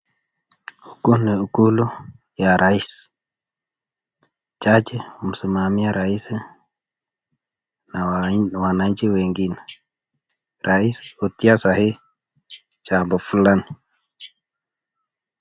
Huku ni ikulu ya rais, jaji, msimamia rais na wananchi wengine. Rais hutia sahihi jambo fulani.